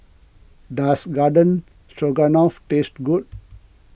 does Garden Stroganoff taste good